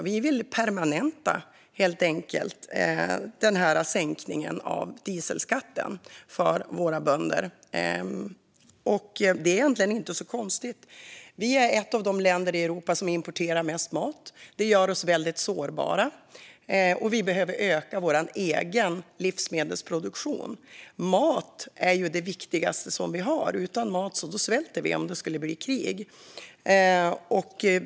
Vi vill helt enkelt permanenta sänkningen av dieselskatten för våra bönder. Det är egentligen inte så konstigt. Vi är ett av de länder i Europa som importerar mest mat, och det gör oss väldigt sårbara. Vi behöver öka vår egen livsmedelsproduktion. Mat är ju det viktigaste vi har - utan mat svälter vi om det skulle bli krig.